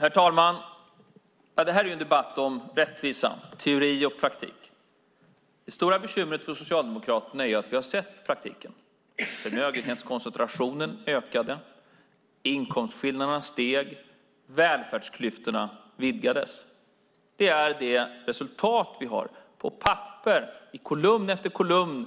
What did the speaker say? Herr talman! Det här är en debatt om rättvisa, teori och praktik. Det stora bekymret för Socialdemokraterna är att vi har sett praktiken. Förmögenhetskoncentrationen ökade. Inkomstskillnaderna steg. Välfärdsklyftorna vidgades. Det är det resultat vi har på papper. I kolumn efter kolumn